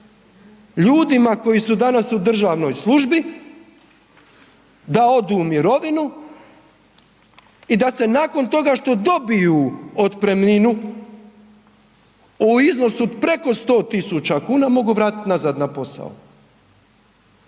ljudima koji su danas u državnoj službi da odu u mirovinu i da se nakon toga što dobiju otpremninu u iznosu od preko 100.000 kuna mogu vratiti nazad na posao.